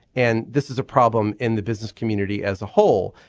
and this is a problem in the business community as a whole.